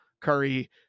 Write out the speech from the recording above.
curry